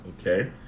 Okay